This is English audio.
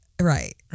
Right